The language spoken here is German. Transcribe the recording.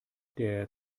der